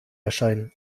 erscheinen